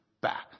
back